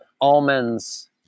almonds